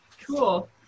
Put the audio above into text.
Cool